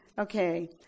okay